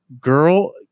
Girl